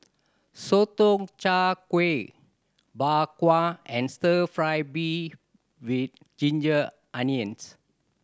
Sotong Char Kway Bak Kwa and Stir Fry beef with ginger onions